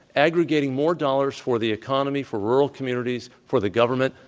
aggregating more dollars for the economy for rural communities, for the government.